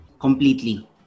completely